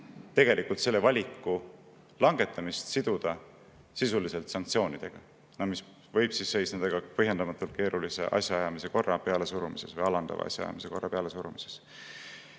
tegelikult selle valiku langetamist siduda sisuliselt sanktsioonidega, mis võib seisneda ka põhjendamatult keerulise asjaajamiskorra pealesurumises või alandava asjaajamiskorra pealesurumises.